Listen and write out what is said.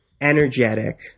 energetic